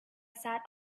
sat